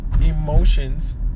emotions